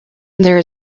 there